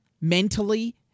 mentally